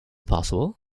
possible